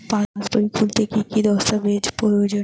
পাসবই খুলতে কি কি দস্তাবেজ প্রয়োজন?